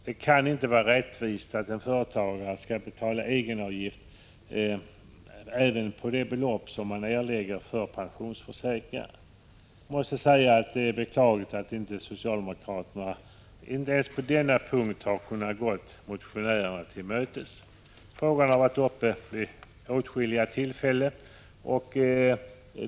Det kan inte vara rättvist att en företagare skall betala egenavgift även på det belopp som han erlägger för pensionsförsäkringar. Det är beklagligt att socialdemokraterna inte ens på denna punkt har kunnat gå motionärerna till mötes. Frågan har varit uppe vid åtskilliga tillfällen.